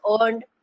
earned